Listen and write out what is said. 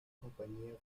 compañía